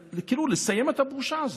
לתת יד לדבר הזה, לסיים את הבושה הזאת.